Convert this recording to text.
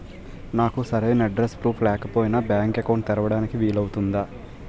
నాకు సరైన address proof లేకపోయినా బ్యాంక్ అకౌంట్ తెరవడానికి వీలవుతుందా?